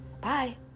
Bye